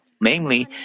Namely